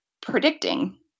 predicting